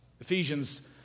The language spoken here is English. Ephesians